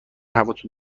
هواتو